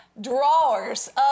drawers